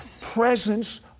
presence